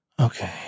Okay